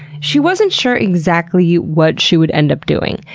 she wasn't sure exactly what she would end up doing,